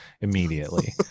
immediately